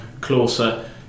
closer